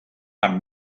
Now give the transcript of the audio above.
amb